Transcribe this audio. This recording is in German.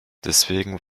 deswegen